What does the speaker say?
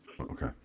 Okay